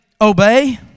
obey